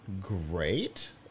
great